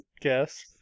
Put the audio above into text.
guess